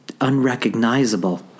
unrecognizable